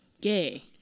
gay